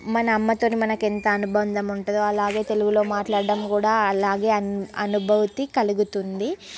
మన అమ్మతోటి మనకు ఎంత అనుబంధం ఉంటుందో అలాగే తెలుగులో మాట్లాడటం కూడా అలాగే అను అనుభూతి కలుగుతుంది